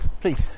Please